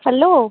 hello